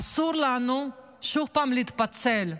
אסור לנו שוב פעם להתפצל,